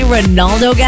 Ronaldo